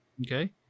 Okay